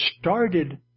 started